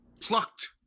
plucked